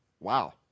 Wow